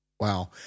Wow